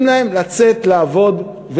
נותנות להם לצאת לעבוד,